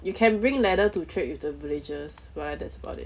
you can bring leather to trade with the villagers but that's about it